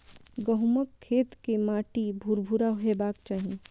गहूमक खेत के माटि भुरभुरा हेबाक चाही